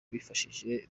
bifashishije